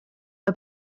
are